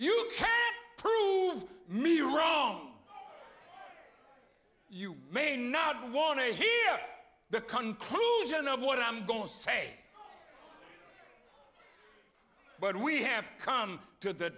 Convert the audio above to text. prove me wrong you may not want to hear the conclusion of what i'm going to say but we have come to the